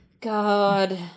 God